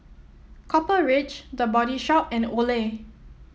Copper Ridge The Body Shop and Olay